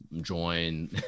join